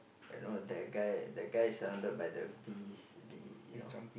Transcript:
I know that guy that guy is surrounded by the bees bee you know